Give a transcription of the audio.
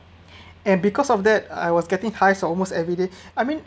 and because of that I was getting hives almost everyday I mean